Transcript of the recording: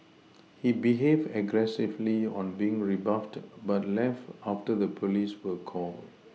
he behaved aggressively on being rebuffed but left after the police were called